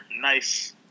nice